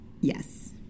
Yes